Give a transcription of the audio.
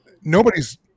nobody's